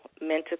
mental